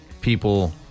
people